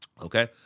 Okay